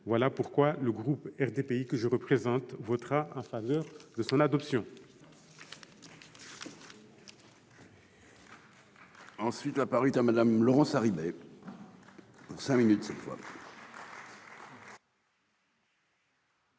Voilà pourquoi le groupe RDPI, que je représente, votera en faveur de son adoption.